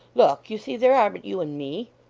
look! you see there are but you and me